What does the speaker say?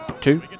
two